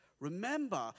Remember